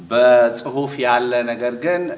but then